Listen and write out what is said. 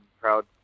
proud